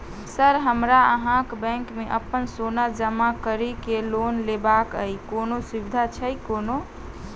Sir हमरा अहाँक bank मे अप्पन सोना जमा करि केँ लोन लेबाक अई कोनो सुविधा छैय कोनो?